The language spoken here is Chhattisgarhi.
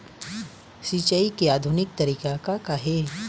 सिचाई के आधुनिक तरीका का का हे?